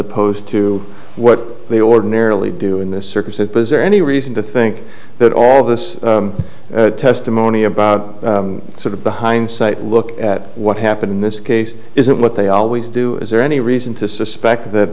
opposed to what they ordinarily do in this circus it was there any reason to think that all this testimony about sort of the hindsight look at what happened in this case isn't what they always do is there any reason to suspect that